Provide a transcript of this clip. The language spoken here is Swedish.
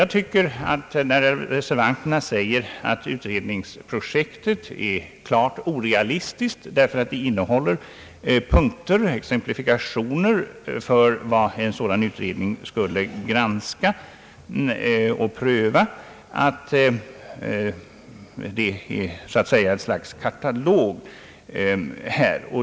Reservanterna säger att utredningsprojektet är klart orealistiskt, därför att det innehåller punkter och exemplifikationer för vad en sådan utredning skulle granska och pröva, att det är så att säga ett slags katalog.